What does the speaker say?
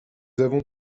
avons